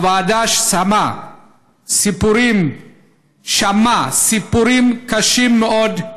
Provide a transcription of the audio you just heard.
הוועדה שמעה סיפורים קשים מאוד על